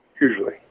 usually